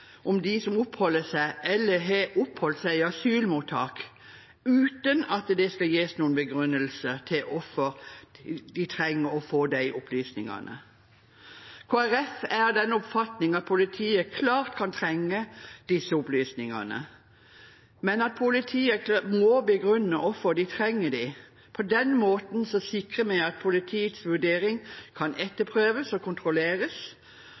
om dem som oppholder seg eller har oppholdt seg i asylmottak, uten at det skal gis noen begrunnelse for hvorfor de trenger å få de opplysningene. Kristelig Folkeparti er av den oppfatning at politiet klart kan trenge disse opplysningene, men at politiet må begrunne hvorfor de trenger dem. På den måten sikrer vi at politiets vurdering kan etterprøves og kontrolleres,